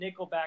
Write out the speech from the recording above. nickelback